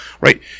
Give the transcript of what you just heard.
right